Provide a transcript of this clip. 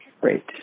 Great